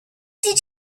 did